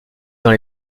dans